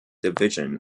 division